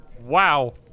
Wow